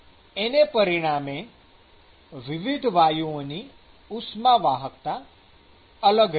એના પરિણામે વિવિધ વાયુઓની ઉષ્માવાહકતા અલગ રહેશે